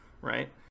right